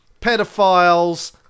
pedophiles